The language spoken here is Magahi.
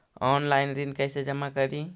ऑनलाइन ऋण कैसे जमा करी?